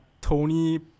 Tony